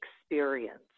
experience